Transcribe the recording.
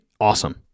awesome